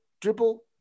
dribble